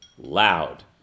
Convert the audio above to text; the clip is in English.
loud